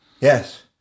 Yes